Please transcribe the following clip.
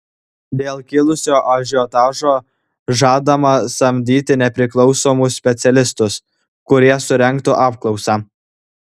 dėl kilusio ažiotažo žadama samdyti nepriklausomus specialistus kurie surengtų apklausą